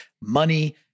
money